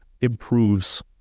improves